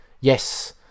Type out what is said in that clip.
yes